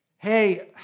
hey